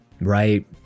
Right